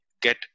Get